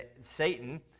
Satan